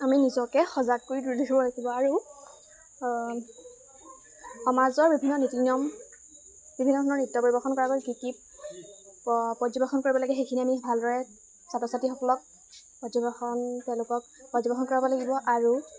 আমি নিজকে সজাগ কৰি তুলিব লাগিব আৰু সমাজৰ বিভিন্ন নীতি নিয়ম বিভিন্ন ধৰণৰ নৃত্য পৰিৱেশন কৰাক লৈ কি কি পৰ্যবেক্ষণ কৰিব লাগে সেইখিনি আমি ভালদৰে ছাত্ৰ ছাত্ৰীসকলক পৰ্যবেক্ষণ তেওঁলোকক পৰ্যবেক্ষণ কৰাব লাগিব আৰু